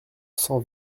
cent